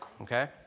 Okay